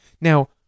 Now